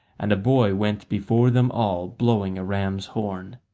and a boy went before them all blowing a ram's horn.